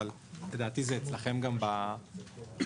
אבל לדעתי זה אצלכם גם באיי-פדים.